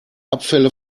abfälle